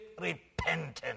repentance